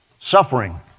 Suffering